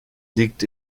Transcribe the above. liegt